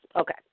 Okay